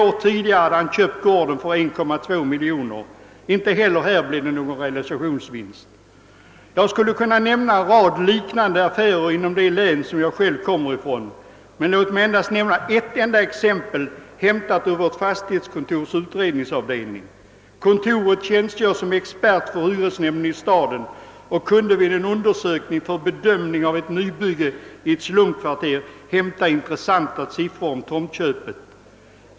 Tio år tidigare hade han köpt gården för 1,2 miljon. Inte heller i detta fall blev det någon realisationsvinstbeskattning. Jag skulle kunna nämna en rad liknande affärer inom det län som jag själv kommer från, men jag skall ta ett enda exempel, hämtat från vårt fastighetskontors utredningsavdelning. Kontoret tjänstgör som expert åt hyresnämnden i staden och kunde vid en undersökning för bedömning av ett nybygge i ett slumkvarter hämta fram intressanta siffror om tomtköpen.